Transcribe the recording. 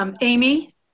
Amy